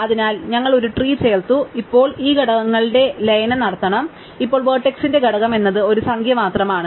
അതിനാൽ ഞങ്ങൾ ഒരു ട്രീ ചേർത്തു ഇപ്പോൾ ഞങ്ങൾ ഈ ഘടകങ്ങളുടെ ലയനം നടത്തണം ഇപ്പോൾ വേർട്ടക്സ്ന്റെ ഘടകം എന്നത് ഒരു സംഖ്യ മാത്രമാണ്